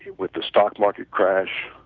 with the stock market crash,